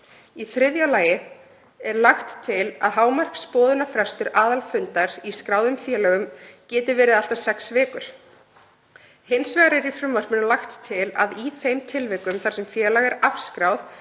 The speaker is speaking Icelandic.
Í þriðja lagi er lagt til að hámarksboðunarfrestur aðalfundar í skráðum félögum geti verið allt að sex vikur. Hins vegar er í frumvarpinu lagt til að í þeim tilvikum þar sem félag er afskráð,